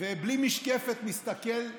ובלי משקפת מסתכל לעזה,